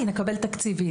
אם נקבל תקציבים,